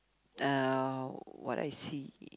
uh what I see